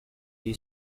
you